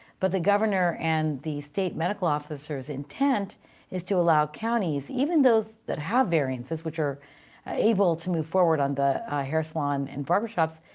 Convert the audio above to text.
but the governor and the state medical officer's intent is to allow counties, even those that have variances, which are able to move forward on the hair salon and barber shops,